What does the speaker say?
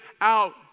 out